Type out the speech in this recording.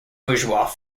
bourgeois